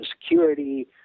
Security